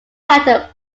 title